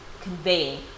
conveying